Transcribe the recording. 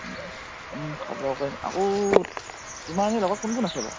খবৰ কৰিম আকৌ তোমাৰ সেই লগত কোন কোন আছে বাৰু